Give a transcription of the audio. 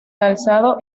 calzado